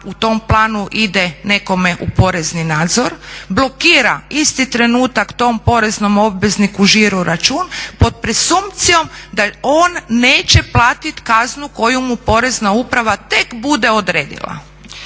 u tom planu ide nekome u porezni nadzor, blokira isti trenutak tom poreznom obvezniku žiro račun pod presumpcijom da on neće platiti kaznu koju mu Porezna uprava tek bude odredila.